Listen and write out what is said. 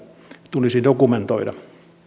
tulisi dokumentoida